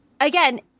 again